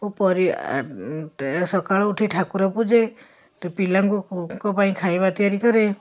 ମୁଁ ପରି ଏ ସକାଳୁ ଉଠି ଠାକୁର ପୂଜେ ପିଲାଙ୍କ ପାଇଁ ଖାଇବା ତିଆରି କରେ